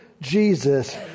Jesus